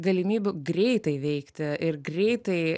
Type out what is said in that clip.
galimybių greitai veikti ir greitai